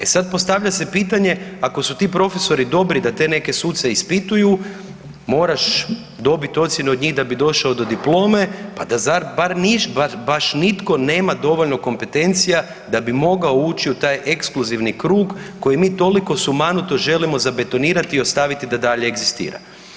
E sad, postavlja se pitanje, ako su ti profesori dobri da te neke suce ispituju, moraš dobiti ocjenu od njih da bi došao do diplome, pa da baš nitko nema dovoljno kompetencija da bi mogao ući u taj ekskluzivni krug koji mi toliko sumanuto želimo zabetonirati i ostaviti da dalje egzistira.